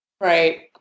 Right